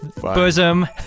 Bosom